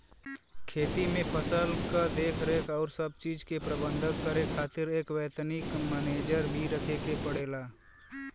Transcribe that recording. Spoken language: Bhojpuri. खेती में फसल क देखरेख आउर सब चीज के प्रबंध करे खातिर एक वैतनिक मनेजर भी रखे के पड़ला